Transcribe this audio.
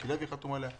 מיקי לוי חתום עליה.